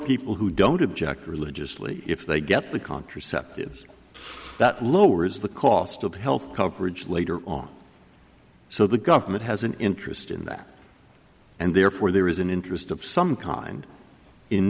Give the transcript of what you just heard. people who don't object religiously if they get the contraceptives that lowers the cost of health coverage later on so the government has an interest in that and therefore there is an interest of some kind in